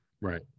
Right